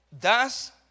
Thus